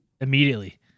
immediately